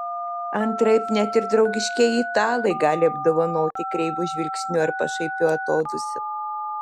antraip net ir draugiškieji italai gali apdovanoti kreivu žvilgsniu ar pašaipiu atodūsiu